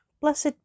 Blessed